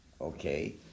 Okay